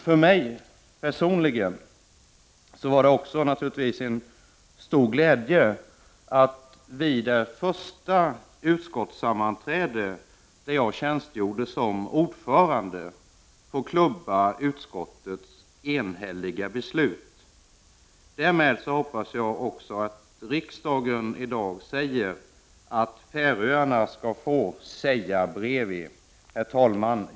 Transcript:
För mig personligen var det naturligtvis också en stor glädje att vid det första sammanträdet där jag tjänstgjorde som ordförande få klubba utskottets enhälliga ställningstagande. Med detta hoppas jag också att riksdagen i dag säger att Färöarna skall få sitt ”seydabrevid”. Herr talman!